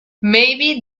maybe